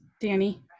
Danny